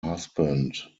husband